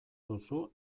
duzu